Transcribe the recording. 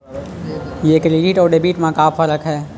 ये क्रेडिट आऊ डेबिट मा का फरक है?